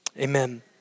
amen